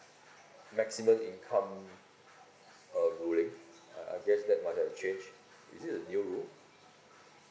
maximum income uh ruling I I guess that might have change is it a new rule